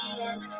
yes